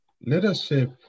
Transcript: Leadership